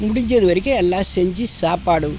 முடிஞ்சது வரைக்கும் எல்லாம் செஞ்சு சாப்பாடும்